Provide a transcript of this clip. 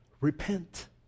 Repent